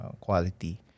quality